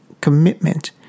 commitment